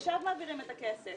עכשיו מעבירים את הכסף.